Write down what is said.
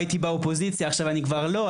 הייתי באופוזיציה ועכשיו אני כבר לא,